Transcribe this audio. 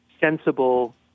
sensible